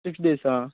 six డేసా